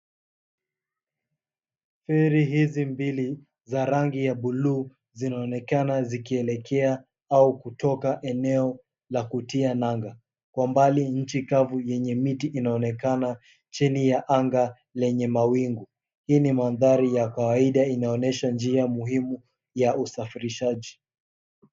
Feri hizi mbili za rangi ya buluu zinazoonekana zikielekea au kutoka eneo la kutia nanga. Kwa mbali nchi kavu yenye miti inaonekana chini ya anga lenye mawingu. Hii ni mandhari ya kawaida inaonyesha njia muhimu ya usafirishaji.